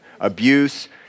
Abuse